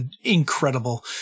incredible